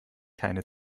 keine